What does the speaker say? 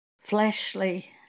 fleshly